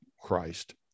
Christ